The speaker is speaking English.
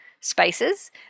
spaces